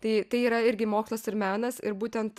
tai tai yra irgi mokslas ir menas ir būtent